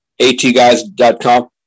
atguys.com